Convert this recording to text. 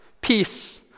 peace